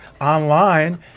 online